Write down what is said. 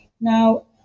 Now